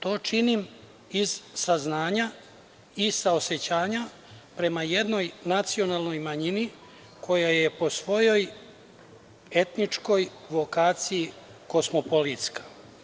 To činim iz saznanja i saosećanja prema jednoj nacionalnoj manjini koja je po svojoj etničkoj vokaciji kosmopolitska.